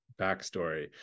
backstory